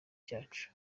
cyacu